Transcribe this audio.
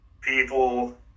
people